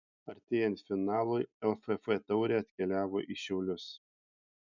artėjant finalui lff taurė atkeliavo į šiaulius